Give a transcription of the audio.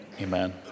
amen